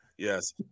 Yes